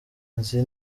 nzi